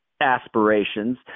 aspirations